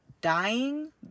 dying